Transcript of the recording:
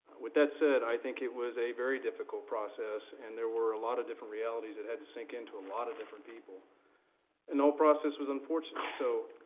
with that said, i think it was a very difficult process and there were a lot of different realities that had to sink in to a lot of different people and the whole process was unfortunate. so